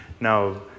Now